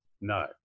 No